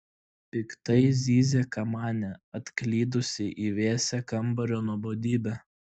piktai zyzia kamanė atklydusi į vėsią kambario nuobodybę